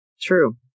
True